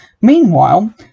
Meanwhile